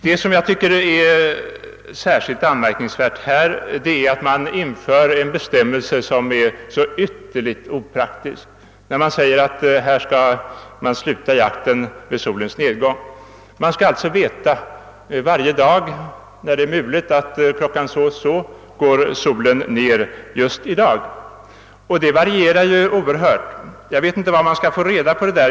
Vad jag tycker är särskilt anmärkningsvärt är att man inför en bestämmelse som är så ytterligt opraktisk, nämligen att jakten skall avslutas vid solens nedgång. Man skall alltså veta varje dag, med hänsyn till att det kan vara mulet, att solen går ned klockan så och så just den dagen. Det varierar ju oerhört. Jag vet inte var man skall få reda på dessa uppgifter.